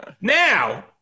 Now